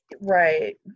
Right